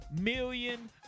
million